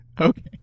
okay